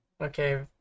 Okay